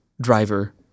driver